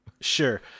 sure